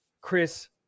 Chris